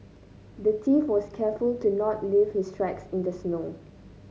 the thief was careful to not leave his tracks in the snow